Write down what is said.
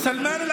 נאסר אבו